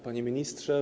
Panie Ministrze!